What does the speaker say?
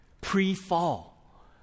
pre-fall